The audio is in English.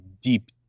deep